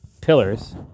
Pillars